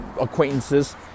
acquaintances